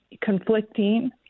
conflicting